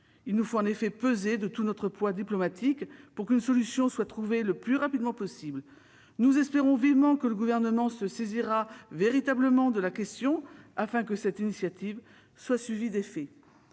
Il nous faut en effet peser de tout notre poids diplomatique pour qu'une solution soit trouvée le plus rapidement possible. Nous espérons vivement que le Gouvernement se saisira véritablement de la question, afin que cette initiative soit suivie d'effets.